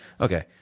Okay